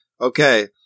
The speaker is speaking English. Okay